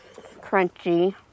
crunchy